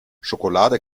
schokolade